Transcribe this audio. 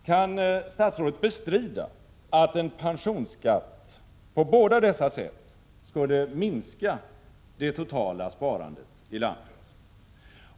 Kan statsrådet bestrida att en pensionsskatt på båda dessa sätt skulle minska det totala sparandet i landet?